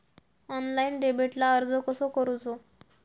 Online डेबिटला अर्ज कसो करूचो?